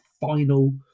final